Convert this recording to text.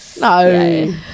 No